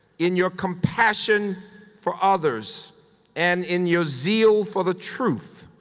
in your compassion for others and in your zeal for the truth.